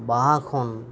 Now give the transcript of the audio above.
ᱵᱟᱦᱟ ᱠᱷᱚᱱ